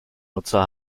nutzer